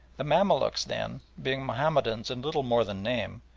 the mamaluks, then, being mahomedans in little more than name,